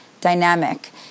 dynamic